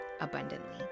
abundantly